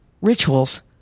Rituals